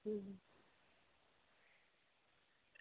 अं